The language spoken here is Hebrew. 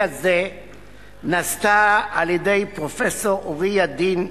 הזה נעשתה על-ידי פרופסור אורי ידין,